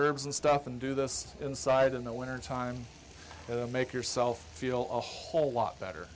herbs and stuff and do this inside in the winter time to make yourself feel i whole lot better